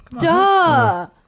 Duh